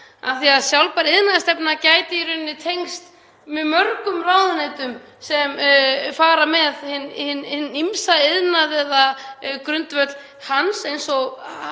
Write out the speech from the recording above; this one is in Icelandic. fram. Sjálfbær iðnaðarstefna gæti í rauninni tengst mjög mörgum ráðuneytum sem fara með hinn ýmsa iðnað eða grundvöll hans, eins og